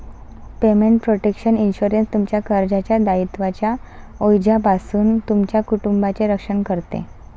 payment protection insurance, तुमच्या कर्जाच्या दायित्वांच्या ओझ्यापासून तुमच्या कुटुंबाचे रक्षण करते